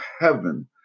heaven